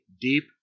Deep